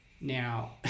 now